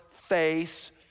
face